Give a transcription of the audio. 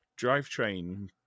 drivetrain